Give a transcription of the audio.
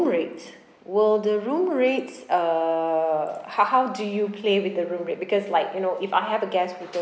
rate will the room rates uh how how do you play with the room rate because like you know if I have a guest